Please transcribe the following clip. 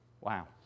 Wow